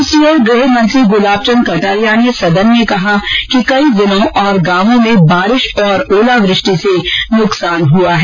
दूसरी ओर गृह मंत्री गुलाबचंद कटारिया ने सदन में कहा कि कई जिलों और गांवों में बारिश और ओलावृष्टि से नुकसान हआ है